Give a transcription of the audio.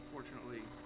Unfortunately